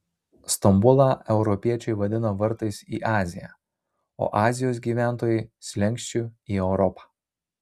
stambulą europiečiai vadina vartais į aziją o azijos gyventojai slenksčiu į europą